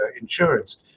insurance